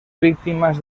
víctimas